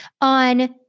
on